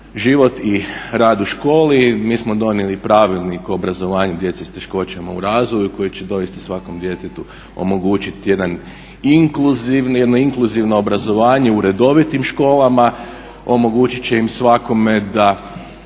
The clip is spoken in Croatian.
život i rad u školi. Mi smo donijeli pravilnik o obrazovanju djece s teškoćama u razvoju koji će doista svakom djetetu omogućiti jedan inkluzivni, jedno inkluzivno obrazovanje u redovitim školama, omogućit će im svakome da